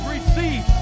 Receive